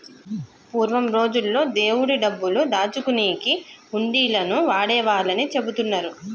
పూర్వం రోజుల్లో దేవుడి డబ్బులు దాచుకునేకి హుండీలను వాడేవాళ్ళని చెబుతున్నరు